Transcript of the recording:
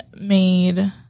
made